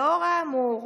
לאור האמור,